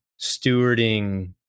stewarding